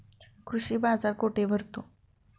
कृषी बाजार कुठे भरतो?